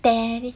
tele~